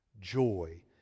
joy